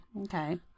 Okay